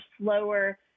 slower